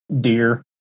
deer